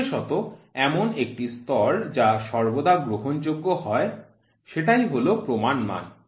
বিশেষত এমন একটি স্তর যা সর্বদা গ্রহণযোগ্য হয় সেটাই হল প্রমাণ মান